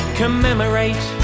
commemorate